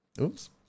Oops